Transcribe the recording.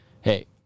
hey